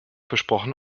besprochen